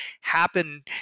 happen